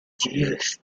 jeeves